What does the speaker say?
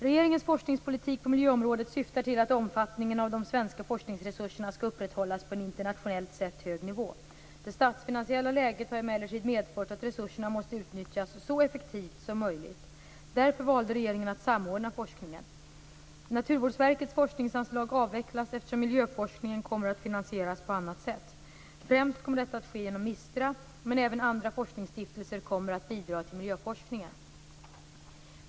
Regeringens forskningspolitik på miljöområdet syftar till att omfattningen av de svenska forskningsresurserna skall upprätthållas på en internationellt sett hög nivå. Det statsfinansiella läget har emellertid medfört att resurserna måste utnyttjas så effektivt som möjligt. Därför valde regeringen att samordna forskningen. Naturvårdsverkets forskningsanslag avvecklas eftersom miljöforskningen kommer att finansieras på annat sätt. Främst kommer det att ske genom MISTRA, men även andra forskningsstiftelser kommer att bidra till miljöforskningen.